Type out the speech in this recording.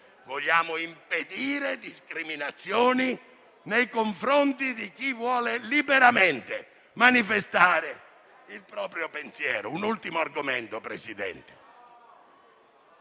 vogliamo impedire discriminazioni nei confronti di chi vuole liberamente manifestare il proprio pensiero. Signor Presidente,